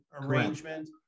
arrangement